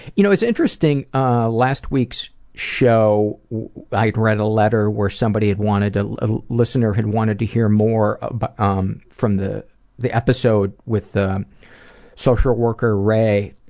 you know, it's interesting last week's show i'd read a letter where somebody had wanted ah a listener had wanted to hear more ah but um from the the episode with social worker ray,